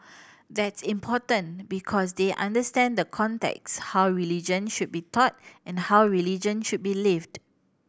that's important because they understand the context how religion should be taught and how religion should be lived